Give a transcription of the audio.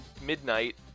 midnight